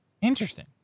Interesting